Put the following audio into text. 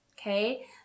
okay